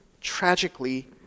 tragically